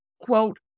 quote